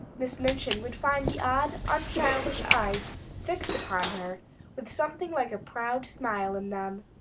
miss minchin would find the odd, unchildish eyes fixed upon her with something like a proud smile in them.